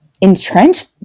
entrenched